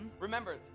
remember